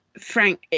Frank